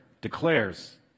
declares